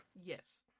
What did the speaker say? Yes